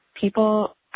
people